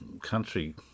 country